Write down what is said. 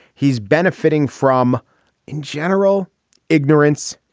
he's benefiting from in general ignorance.